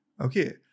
Okay